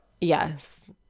yes